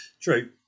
true